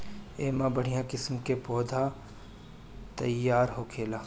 एमे बढ़िया किस्म के पौधा तईयार होखेला